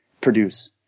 produce